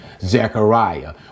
Zechariah